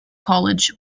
college